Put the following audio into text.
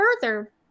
further